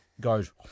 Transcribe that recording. goes